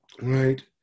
Right